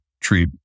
tree